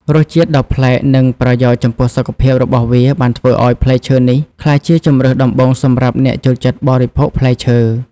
រសជាតិដ៏ប្លែក និងប្រយោជន៍ចំពោះសុខភាពរបស់វាបានធ្វើឲ្យផ្លែឈើនេះក្លាយជាជម្រើសដំបូងសម្រាប់អ្នកចូលចិត្តបរិភោគផ្លែឈើ។